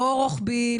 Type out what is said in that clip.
לא רוחבי,